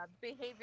behavior